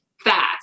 fast